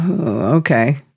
Okay